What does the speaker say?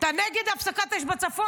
אתה נגד הפסקת אש בצפון,